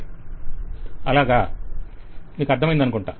vendor అలాగే client మీకు అర్ధమైంది అనుకుంటా